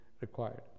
required